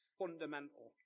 fundamental